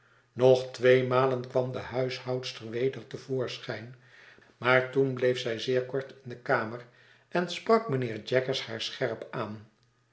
nog tweemalen kwam de huishoudster weder te voorschijn maar toen bleef zij zeer kort in de kamer en sprak mijnheer jaggers haar scherp aan